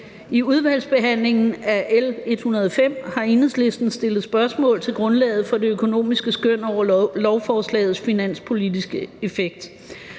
I udvalgsbehandlingen af L 105 har Enhedslisten stillet spørgsmål om grundlaget for det økonomiske skøn over lovforslagets finanspolitiske effekt.